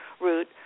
route